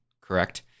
correct